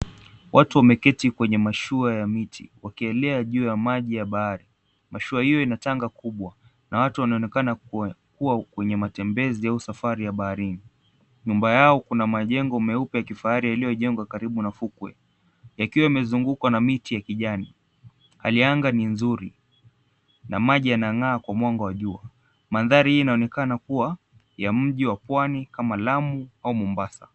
Watu wameketi kwenye mashua ya mti wakielea juu ya maji ya bahari. Mashua hiyo ina tanga kubwa na watu wanaonekena kuwa kwenye matembezi au safari ya baharini. Nyuma yao kuna majengo ya kifahari meupe yaliyo jengwa karibu na fukwe, yakiwa yamezungukwa na miti ya kijani. Hali ya anga ni nzuri na maji yanang'aa kwa mwanga wa jua. Mandhari hii yanaonekana kuwa ya mji wa Pwani kama Lamu au Mombasa.